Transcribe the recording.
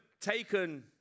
taken